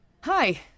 Hi